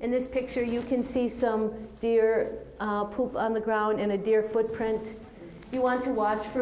in this picture you can see some deer on the ground and a deer footprint you want to watch for